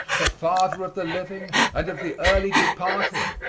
the father of the living and of the early departed,